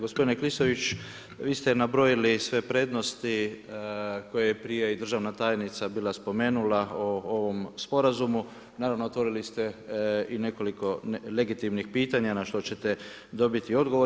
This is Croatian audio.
Gospodine Klisović, vi ste nabrojili sve prednosti koje prije i državna tajnica bila spomenula o ovom sporazumu, naravno otvorili ste i nekoliko legitimnih pitanja, na što ćete dobiti odgovor.